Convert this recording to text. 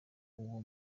uwo